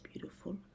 beautiful